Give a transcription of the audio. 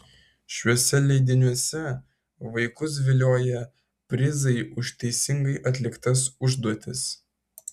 šiuose leidiniuose vaikus vilioja prizai už teisingai atliktas užduotis